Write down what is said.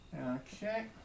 Okay